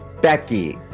becky